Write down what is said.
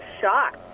shocked